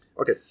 Okay